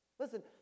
Listen